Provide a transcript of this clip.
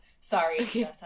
sorry